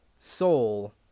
Soul